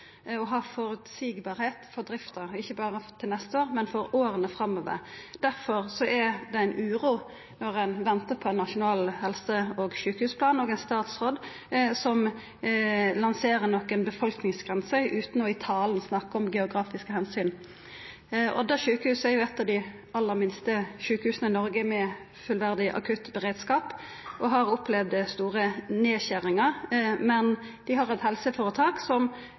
ikkje berre for neste år, men for åra framover. Derfor er det ei uro når ein ventar på ein nasjonal helse- og sjukehusplan og ein statsråd som lanserer nokre befolkningsgrenser utan i talen å snakka om geografiske omsyn. Odda sjukehus er eit av dei aller minste sjukehusa i Noreg med fullverdig akuttberedskap og har opplevd store nedskjeringar, men dei har eit helseføretak som